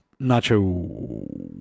nacho